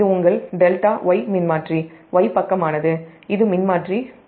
இது ட்ரான்ஸ்ஃபார்மர்T1 இது உங்கள் ∆ Y ட்ரான்ஸ்ஃபார்மர் Y பக்கமானது